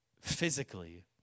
physically